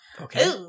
Okay